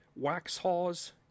Waxhaws